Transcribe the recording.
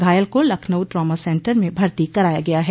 घायल को Lucknow trauma centre में भर्ती कराया गया है